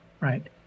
Right